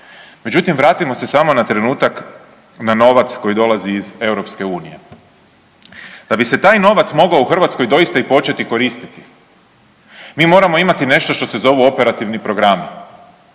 Međutim vratimo se samo na trenutak na novac koji dolazi iz EU-a. Da bi se taj novac mogao u Hrvatskoj doista i početi koristiti, mi moramo imati nešto što se zovu operativni programi